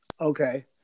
Okay